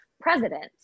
president